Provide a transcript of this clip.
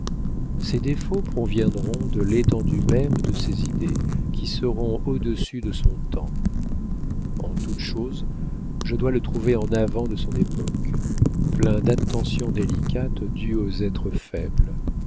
ses défauts proviendront de l'étendue même de ses idées qui seront au-dessus de son temps en toute chose je dois le trouver en avant de son époque plein d'attentions délicates dues aux êtres faibles